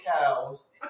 cows